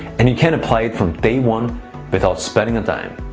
and you can apply it from day one without spending a dime.